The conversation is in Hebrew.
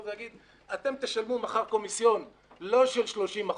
ולהגיד: אתם תשלמו מחר קומיסיון לא של 30%,